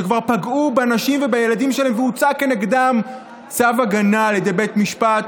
שכבר פגעו בנשים ובילדים שלהם והוצא נגדם צו הגנה על ידי בית משפט,